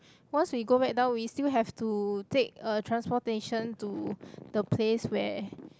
once we go back down we still have to take a transportation to the place where